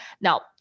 Now